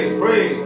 pray